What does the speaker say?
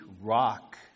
rock